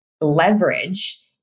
Leverage